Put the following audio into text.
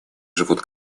живут